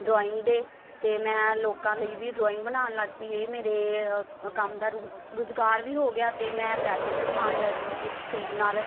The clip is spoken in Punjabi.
ਡਰੋਇੰਗ ਦੇ ਅਤੇ ਮੈਂ ਲੋਕਾਂ ਲਈ ਵੀ ਡਰੋਇੰਗ ਬਣਾਉਣ ਲੱਗ ਪਈ ਇਹ ਮੇਰੇ ਕੰਮ ਦਾ ਰੁਜ਼ਗਾਰ ਵੀ ਹੋ ਗਿਆ ਅਤੇ ਮੈਂ ਪੈਸੇ ਵੀ ਕਮਾਉਣ ਲੱਗ ਪਈ ਇਸ ਚੀਜ਼ ਨਾਲ